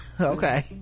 okay